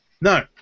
No